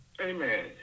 Amen